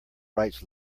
rights